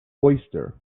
oyster